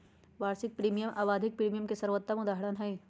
वार्षिक प्रीमियम आवधिक प्रीमियम के सर्वोत्तम उदहारण हई